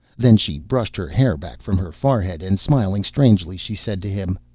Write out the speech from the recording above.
then she brushed her hair back from her forehead, and smiling strangely she said to him,